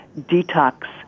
detox